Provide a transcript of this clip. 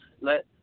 let